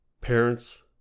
Parents